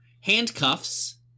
handcuffs